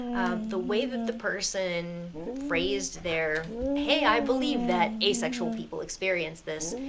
the way that the person phrased their hey, i believe that asexual people experience this,